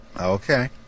Okay